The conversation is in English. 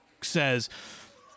says